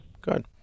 Good